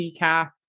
decaf